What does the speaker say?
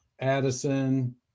Addison